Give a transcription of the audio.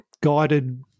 guided